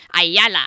Ayala